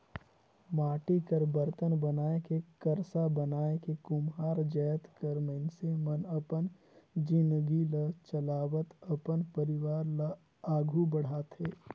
माटी कर बरतन बनाए के करसा बनाए के कुम्हार जाएत कर मइनसे मन अपन जिनगी ल चलावत अपन परिवार ल आघु बढ़ाथे